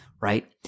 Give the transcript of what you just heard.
right